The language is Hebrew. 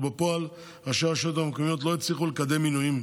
ובפועל ראשי הרשויות המקומיות לא הצליחו לקדם מינויים.